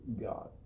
God